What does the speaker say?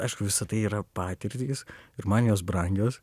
aišku visa tai yra patirtys ir man jos brangios